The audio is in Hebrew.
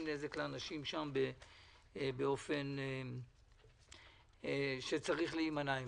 נזק לאנשים באופן שצריך להימנע ממנו.